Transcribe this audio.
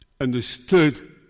understood